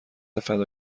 فدا